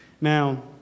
Now